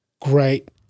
great